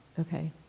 Okay